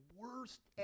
worst